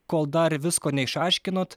kol dar visko neišaiškinot